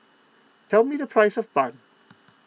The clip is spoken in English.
tell me the price of Bun